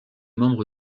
membre